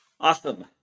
Awesome